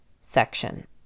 section